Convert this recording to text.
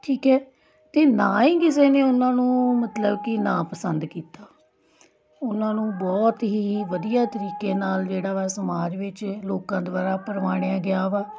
ਠੀਕ ਹੈ ਅਤੇ ਨਾ ਹੀ ਕਿਸੇ ਨੇ ਉਹਨਾਂ ਨੂੰ ਮਤਲਬ ਕਿ ਨਾਪਸੰਦ ਕੀਤਾ ਉਹਨਾਂ ਨੂੰ ਬਹੁਤ ਹੀ ਵਧੀਆ ਤਰੀਕੇ ਨਾਲ ਜਿਹੜਾ ਵਾ ਸਮਾਜ ਵਿੱਚ ਲੋਕਾਂ ਦੁਆਰਾ ਪ੍ਰਵਾਣਿਆ ਗਿਆ ਵਾ